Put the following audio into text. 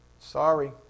Sorry